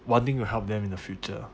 wanting to help them in the future